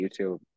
youtube